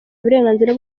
uburenganzira